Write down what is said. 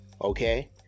okay